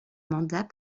mandat